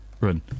run